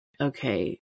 okay